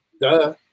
duh